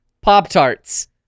Pop-Tarts